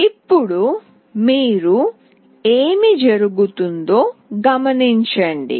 ఇప్పుడు మీరు ఏమి జరుగుతుందో గమనించండి